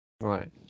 Right